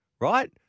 right